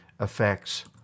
effects